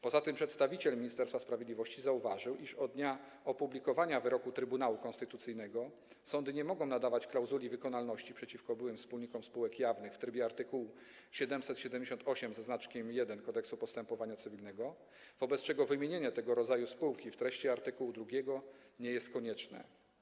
Poza tym przedstawiciel Ministerstwa Sprawiedliwości zauważył, iż od dnia opublikowania wyroku Trybunału Konstytucyjnego sądy nie mogą nadawać klauzuli wykonalności przeciwko byłym wspólnikom spółek jawnych w trybie art. 778 Kodeksu postępowania cywilnego, wobec czego wymienienie tego rodzaju spółki w treści art. 2 nie jest konieczne.